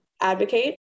advocate